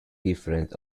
different